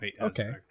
Okay